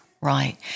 Right